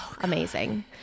amazing